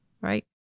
right